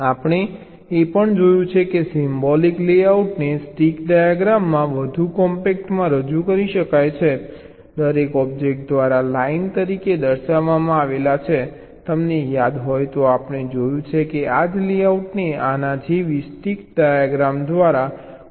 આપણે એ પણ જોયું છે કે સિમ્બોલિક લેઆઉટને સ્ટીક ડાયાગ્રામમાં વધુ કોમ્પેક્ટમાં રજૂ કરી શકાય છે દરેક ઑબ્જેક્ટ દ્વારા લાઈન તરીકે દર્શાવવામાં આવે છે તમને યાદ હોય તો આપણે જોયું છે કે આ જ લેઆઉટને આના જેવી સ્ટિક ડાયાગ્રામ દ્વારા કોમ્પેક્ટ રીતે રજૂ કરી શકાય છે